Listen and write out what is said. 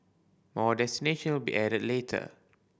more destination will be added later